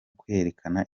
kwerekana